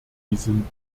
diesen